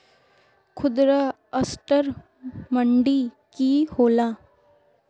खुदरा असटर मंडी की होला?